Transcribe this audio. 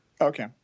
Okay